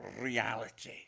reality